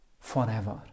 forever